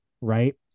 right